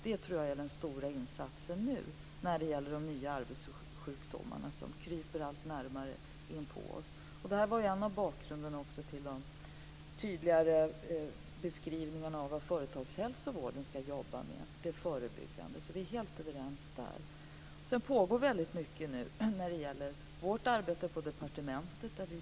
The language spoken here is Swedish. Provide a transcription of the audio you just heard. Det tror jag är den stora insatsen nu när det gäller de nya arbetssjukdomarna som kryper allt närmare inpå oss. Detta är också en av bakgrunderna till de tydligare beskrivningarna av vad företagshälsovården ska jobba med, dvs. det förebyggande, så där är vi helt överens. Det pågår nu väldigt mycket arbete på departementet.